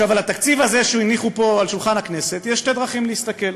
על התקציב הזה שהניחו פה על שולחן הכנסת יש שתי דרכים להסתכל: